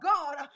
God